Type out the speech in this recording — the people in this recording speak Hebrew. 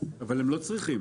אבל הם לא צריכים.